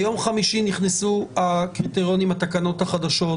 ביום חמישי נכנסו הקריטריונים והתקנות החדשות,